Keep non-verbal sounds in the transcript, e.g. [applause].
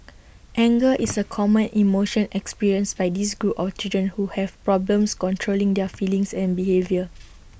[noise] anger is A common emotion experienced by this group of children who have problems controlling their feelings and behaviour [noise]